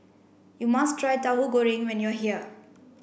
you must try Tauhu Goreng when you are here